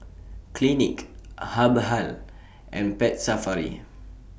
Clinique Habhal and Pet Safari